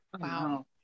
wow